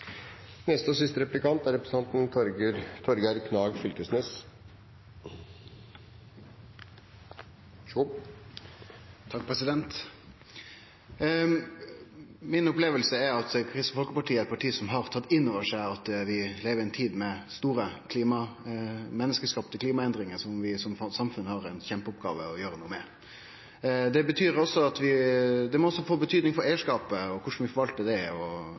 er at Kristeleg Folkeparti er eit parti som har tatt inn over seg at vi lever i ei tid med store menneskeskapte klimaendringar, som vi som samfunn har i oppgåve å gjere noko med. Det må også få betydning for eigarskapen, korleis vi forvaltar han og at dei same kreftene dreg i den same retninga. Vi veit at flytoget frå Heathrow og